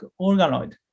organoid